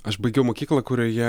aš baigiau mokyklą kurioje